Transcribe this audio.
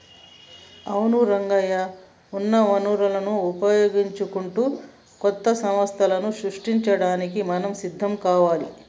అవును రంగయ్య ఉన్న వనరులను వినియోగించుకుంటూ కొత్త సంస్థలను సృష్టించడానికి మనం సిద్ధం కావాలి